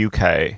UK